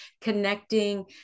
connecting